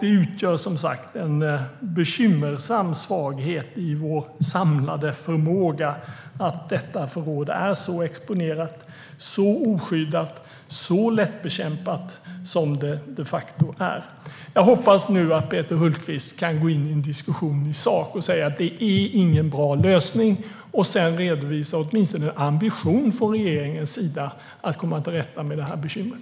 Det utgör som sagt en bekymmersam svaghet i vår samlade förmåga att detta förråd är så exponerat, så oskyddat och så lättbekämpat som det de facto är. Jag hoppas att Peter Hultqvist kan gå in i en diskussion i sak och säga att det inte är någon bra lösning och sedan redovisa åtminstone en ambition från regeringen att komma till rätta med detta bekymmer.